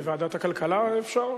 לוועדת הכלכלה, אפשר.